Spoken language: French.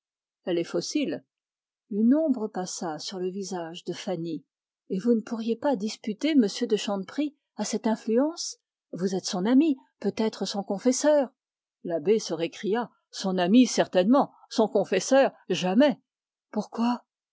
elle est fossile une ombre passa sur le visage de fanny et vous ne pourriez pas disputer m de chanteprie a cette influence vous êtes son ami peut-être son confesseur l'abbé se récria son ami certainement son confesseur jamais pourquoi